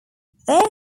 their